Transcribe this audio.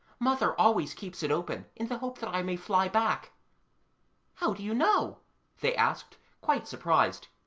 mother always keeps it open in the hope that i may fly back how do you know they asked, quite surprised,